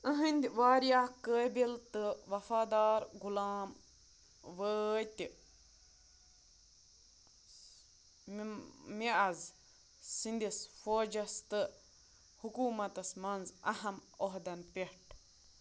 إہنٛدِ واریاہ قٲبِل تہٕ وفادارغۄلام وٲتۍ مم مےٚ آز سٕنٛدِس فوجس تہٕ حکومتس منٛز اَہَم عُہدن پٮ۪ٹھ